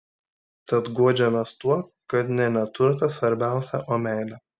tad guodžiamės tuo kad ne neturtas svarbiausia o meilė